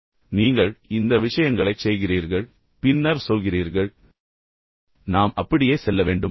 பின்னர் நீங்கள் இந்த விஷயங்களைச் செய்கிறீர்கள் பின்னர் எல்லாம் சரி என்று சொல்கிறீர்கள் பின்னர் நாம் அப்படியே செல்ல வேண்டும்